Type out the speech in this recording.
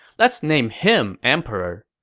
let's name him emperor.